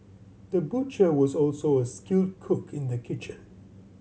the butcher was also a skilled cook in the kitchen